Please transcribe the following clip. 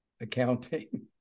accounting